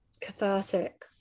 cathartic